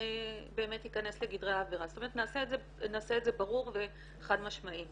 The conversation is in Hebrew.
זה בדיוק החשש שלנו.